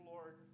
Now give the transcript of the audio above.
Lord